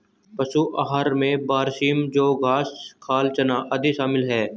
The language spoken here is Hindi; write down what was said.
पशु आहार में बरसीम जौं घास खाल चना आदि शामिल है